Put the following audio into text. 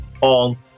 on